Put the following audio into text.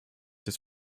des